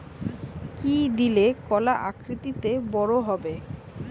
কি দিলে কলা আকৃতিতে বড় হবে?